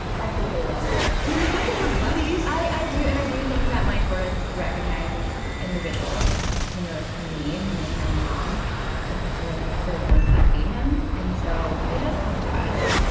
i think they love you. i mean, if they can have buddies? i i do, and i think that my tortoise recognizes individuals. he knows me and he knows my mom because we're the ones that feed him, and so he does come to us.